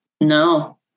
No